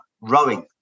rowing